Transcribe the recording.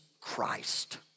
Christ